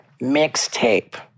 mixtape